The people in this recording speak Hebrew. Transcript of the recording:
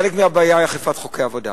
חלק מהבעיה הוא אי-אכיפת חוקי עבודה.